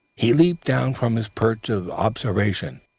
he leaped down from his perch of observation,